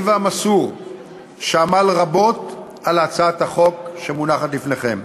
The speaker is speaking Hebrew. והמסור שעמל רבות על הצעת החוק שמונחת לפניכם,